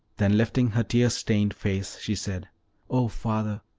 then, lifting her tear-stained face, she said oh father,